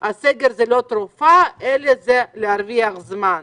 הסגר הוא לא תרופה אלא הוא להרוויח זמן.